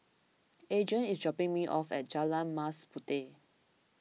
Adrien is dropping me off at Jalan Mas Puteh